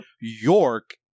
York